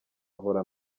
ahora